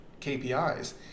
KPIs